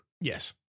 Yes